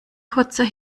kurzer